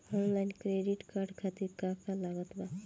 Online credit card खातिर का का लागत बा?